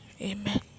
amen